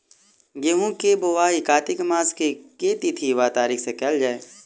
गेंहूँ केँ बोवाई कातिक मास केँ के तिथि वा तारीक सँ कैल जाए?